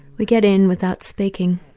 we get in without speaking,